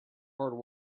hard